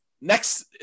next